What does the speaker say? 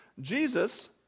Jesus